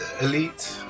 Elite